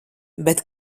bet